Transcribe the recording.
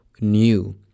new